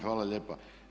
Hvala lijepa.